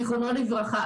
זיכרונו לברכה.